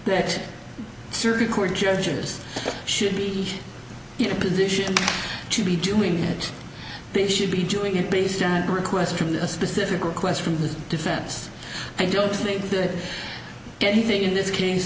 that circuit court judges should be in a position to be doing that they should be doing it based on brickworks from the specific requests from the defense i don't think that if anything in this case